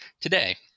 Today